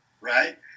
right